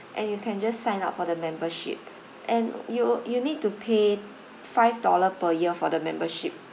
and you can just sign up for the membership and you you need to pay five dollars per year for the membership